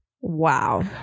wow